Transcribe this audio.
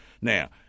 Now